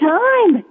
time